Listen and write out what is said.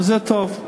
וזה טוב.